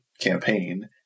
campaign